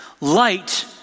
Light